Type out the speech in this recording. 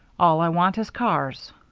all i want is cars.